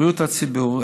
בריאות הציבור,